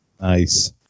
Nice